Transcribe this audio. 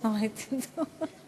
לא ראיתי אותך.